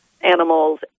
animals